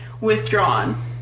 withdrawn